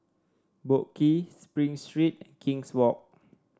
Boat Quay Spring Street King's Walk